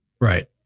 Right